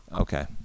Okay